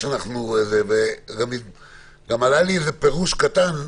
גם עלה לי איזה פירוש קטן,